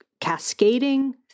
cascading